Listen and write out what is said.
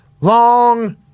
long